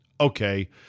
Okay